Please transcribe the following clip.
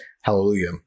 Hallelujah